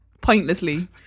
pointlessly